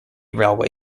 railway